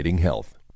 health